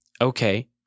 Okay